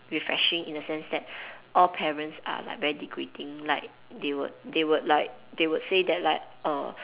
refreshing in the sense that all parents are like very degrading like they would they would like they would say that like err